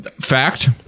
Fact